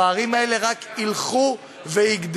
הפערים הללו רק ילכו ויגדלו,